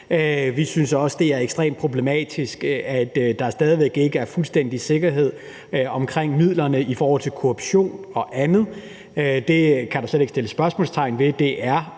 Vi synes også, det er ekstremt problematisk, at der stadig væk ikke er fuldstændig sikkerhed omkring midlerne i forhold til korruption og andet. Det kan der slet ikke sættes spørgsmålstegn ved. Det er